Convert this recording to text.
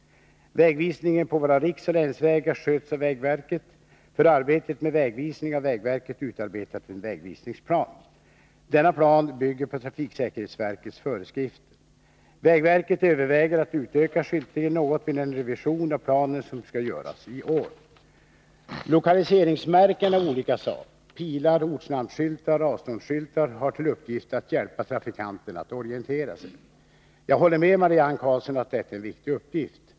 Vägvisningen vid våra riksoch länsvägar sköts av vägverket. För arbetet med vägvisningen har vägverket utarbetat en vägvisningsplan. Denna plan bygger på trafiksäkerhetsverkets föreskrifter. Vägverket överväger att utöka skyltningen något vid den revision av planen som skall göras i år. Lokaliseringsmärken av olika slag — pilar, ortnamnsskyltar, avståndsskyltar — har till uppgift att hjälpa trafikanterna att orientera sig. Jag håller med Marianne Karlsson om att detta är en viktig uppgift.